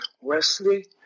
Wesley